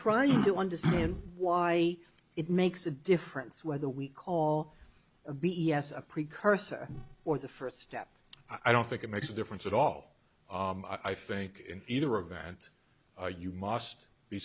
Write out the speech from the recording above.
trying to understand why it makes a difference whether we call a b e s a precursor or the first step i don't think it makes a difference at all i think in either event are you must be